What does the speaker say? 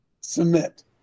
Submit